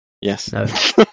Yes